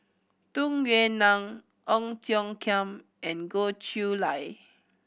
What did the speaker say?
Tung Yue Nang Ong Tiong Khiam and Goh Chiew Lye